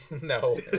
No